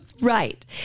Right